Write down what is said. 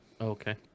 Okay